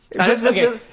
Okay